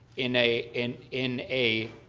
in a in in a